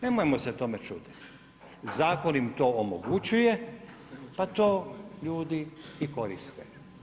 Nemojmo se tome čudit, zakon im to omogućuje, pa to ljudi i koriste.